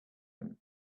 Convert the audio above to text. him